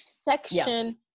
section